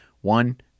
one